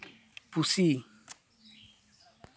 ᱯᱩᱥᱤ